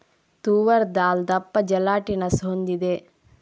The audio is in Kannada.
ತೂವರ್ ದಾಲ್ ದಪ್ಪ ಜೆಲಾಟಿನಸ್ ಹೊಂದಿದೆ